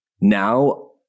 now